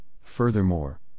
furthermore